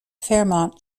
fairmont